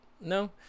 No